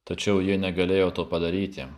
tačiau ji negalėjo to padaryti